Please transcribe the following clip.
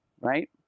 right